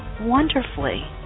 wonderfully